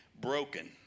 broken